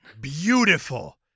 Beautiful